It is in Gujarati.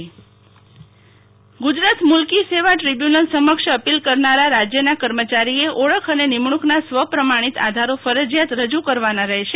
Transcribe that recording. શાતલ વેશ્નવ ગુજરાત મુલ્કી સેવા ટ્રિબ્યુનલ સમક્ષ અપીલ કરનારા રાજ્યના કર્ચમારીએ ઓળખ અને નિમણકના સ્વપ્રમાણીત આધારો ફરજીયાત રજુ કરવાના રહેશે